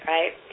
Right